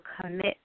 commit